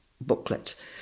booklet